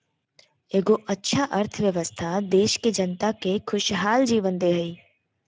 एगो अच्छा अर्थव्यवस्था देश के जनता के खुशहाल जीवन दे हइ